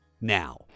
Now